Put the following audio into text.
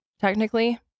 Technically